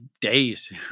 days